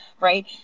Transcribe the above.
right